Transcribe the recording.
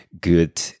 good